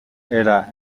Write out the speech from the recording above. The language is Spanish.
era